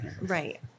Right